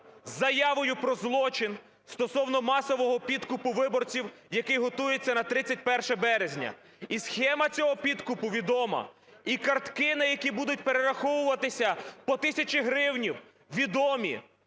з заявою про злочин стосовно масового підкупу виборців, який готується на 31 березня. І схема цього підкупу відома, і картки, на які будуть перераховуватися по тисячі гривень, відомі.